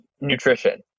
nutrition